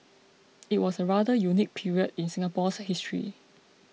it was a rather unique period in Singapore's history